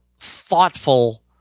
thoughtful